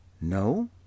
No